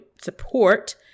support